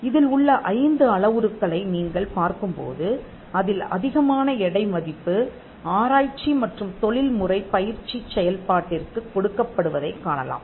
இதில் உள்ள 5 அளவுருக்களை நீங்கள் பார்க்கும்போது அதில் அதிகமான எடை மதிப்பு ஆராய்ச்சி மற்றும் தொழில்முறைப் பயிற்சிச் செயல்பாட்டிற்குக் கொடுக்கப்படுவதைக் காணலாம்